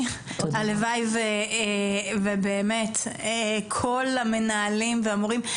הלוואי וכל המנהלים והמורים,